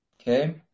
Okay